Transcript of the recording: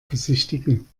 besichtigen